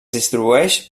distribueix